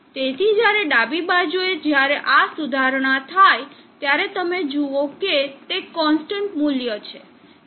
તેથી જ્યારે ડાબી બાજુએ જ્યારે આ સુધારણા થાય ત્યારે તમે જુઓ કે તે કોન્સ્ટન્ટ મૂલ્ય છે